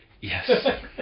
Yes